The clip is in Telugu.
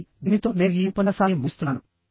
కాబట్టి దీనితో నేను ఈ ఉపన్యాసాన్ని ముగిస్తున్నాను